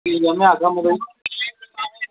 ठीक ऐ में आह्गा तुसेंगी